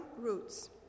roots